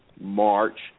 March